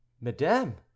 Madame